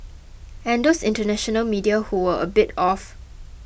and those international media who were a bit off